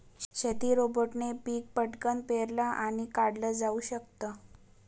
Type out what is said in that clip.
शेती रोबोटने पिक पटकन पेरलं आणि काढल जाऊ शकत